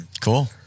Cool